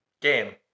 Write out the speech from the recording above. Game